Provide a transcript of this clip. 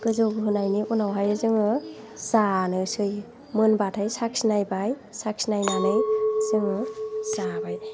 गोदौ होनायनि उनावहाय जोङो जानोसै मोनबाथाय साखिनायबाय साखिनायनानै जोङो जाबाय